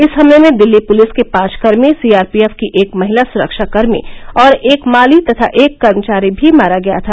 इस हमले में दिल्ली पुलिस के पांच कर्मी सीआरपीएफ की एक महिला सुरक्षाकर्मी और एक माली तथा एक कर्मचारी भी मारा गया था